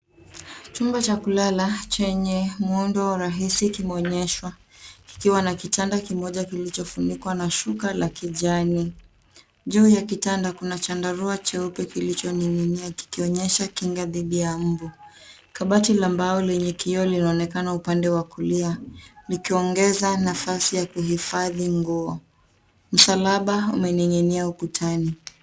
Chumba cha kulala chenye muundo rahisi kime onyeshwa kikiwa na kitanda kimoja kilicho funikwa na shuka la kijani. Juu ya kitanda kuna chandarua cheupe kilicho ninginia kikionyesha kinga dhidi ya mbu. Kabati la mbao lenye kioo linaonekana upande wa kulia likiongeza nafasi ya kuhifadhi nguo. Msalaba ume ninginia ukutani.